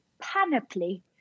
panoply